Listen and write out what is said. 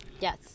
yes